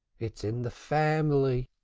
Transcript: it's in the family.